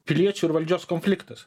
piliečių ir valdžios konfliktas